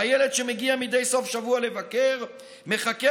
והילד שמגיע מדי סוף-שבוע לבקר מחכה